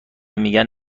میگن